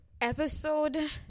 episode